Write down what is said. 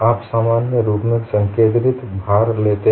आप सामान्य रूप से संकेन्द्रित भार लेते हैं